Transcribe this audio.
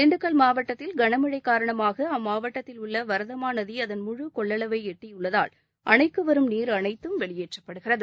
திண்டுக்கல் மாவட்டத்தில் கனமழை காரணமாக அம்மாவட்டத்தில் உள்ள வரதமாநதி அதன் முழு கொள்ளளவை எட்டியுள்ளதால் அணைக்கு வரும் நீர் அனைத்தும் வெளியேற்றப்படுகிறது